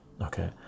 Okay